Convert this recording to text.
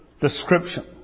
description